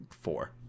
four